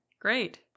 Great